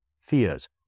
fears